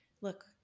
look